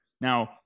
Now